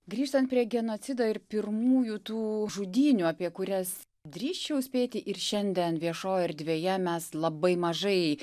grįžtant prie genocido ir pirmųjų tų žudynių apie kurias drįsčiau spėti ir šiandien viešoj erdvėje mes labai mažai